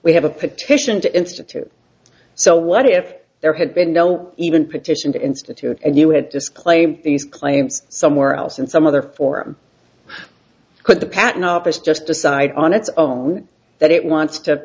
we have a petition to institute so what if there had been no even petition to institute and you had disclaimed these claims somewhere else in some other form could the patent office just decide on its own that it wants to